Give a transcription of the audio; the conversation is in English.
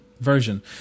version